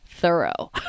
thorough